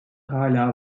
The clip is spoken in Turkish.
hâlâ